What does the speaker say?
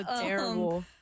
Terrible